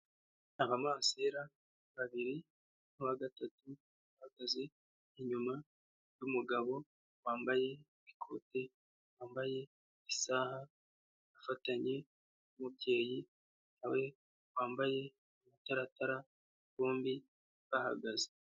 Abamasera biri n'uwa gatatu bahagaze inyuma y'umugabo wambaye ikote, wambaye isaha afatanye n'umubyeyi nawe wambaye amataratara bombi bahagaze.